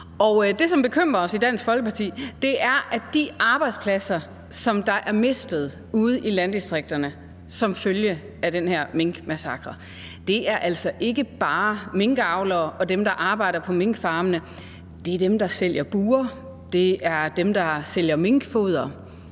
det, som bekymrer os i Dansk Folkeparti, handler om, at de arbejdspladser, som man har mistet ude i landdistrikterne som følge af den her minkmassakre, altså ikke bare gælder minkavlere og dem, der arbejder på minkfarmene. Det gælder også dem, der sælger bure, det gælder dem, der sælger minkfoder,